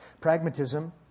Pragmatism